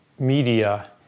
media